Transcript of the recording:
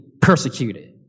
persecuted